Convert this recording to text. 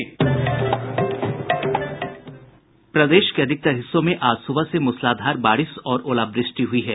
प्रदेश के अधिकतर हिस्सों में आज सुबह से मूसलाधार बारिश और ओलावृष्टि हुई है